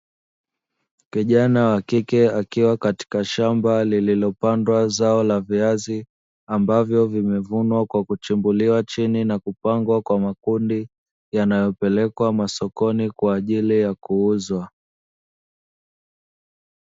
Kijana wa kike akiwa katika shamba lililopandwa zao la viazi, ambavyo vimevunwa kwa kuchimbuliwa chini na kupangwa kwa makundi, yanayopelekwa masokoni kwa ajili ya kuuzwa.